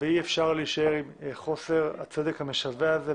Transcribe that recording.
ואי אפשר להישאר עם חוסר הצדק המשווע הזה,